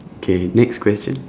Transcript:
okay next question